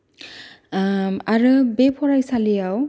आरो बे फरायसालियाव